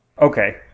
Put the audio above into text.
Okay